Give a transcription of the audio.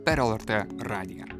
per lrt radiją